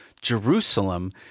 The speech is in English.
Jerusalem